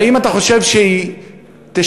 האם אתה חושב שהיא תשלם,